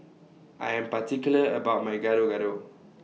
I Am particular about My Gado Gado